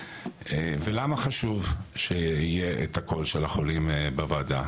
למה חשוב שיהיה את הקול של החולים בוועדה?